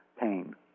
pain